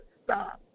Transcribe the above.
stop